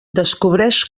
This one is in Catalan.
descobreix